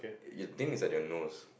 your thing is at your nose